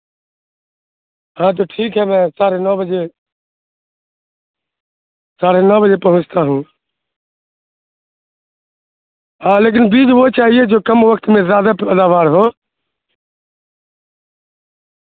ہاں تو ٹھیک ہے میں ساڑھے نو بجے سڑھے نو بجے پہچتا ہوں ہاں لیکن بیج وہ چاہیے جو کم وقت میں زیادہ پیداوار ہو